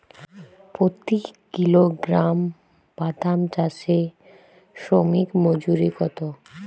প্রতি কিলোগ্রাম বাদাম চাষে শ্রমিক মজুরি কত?